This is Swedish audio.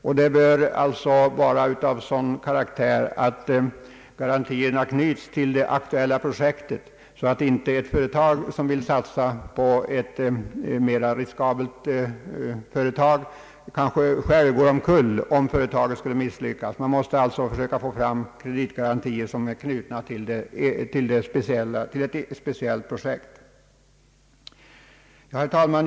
Krediterna bör vara av sådan karaktär att garantierna knyts till det aktuella projektet så att inte ett företag som vill satsa på ett mera riskabelt projekt självt behöver äventyra sitt bestånd om pro jektet skulle misslyckas. Man måste alltså försöka få kreditgarantier som är knutna till det speciella projektet. Herr talman!